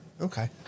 Okay